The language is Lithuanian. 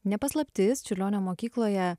ne paslaptis čiurlionio mokykloje